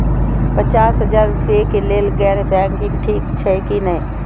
पचास हजार रुपए के लेल गैर बैंकिंग ठिक छै कि नहिं?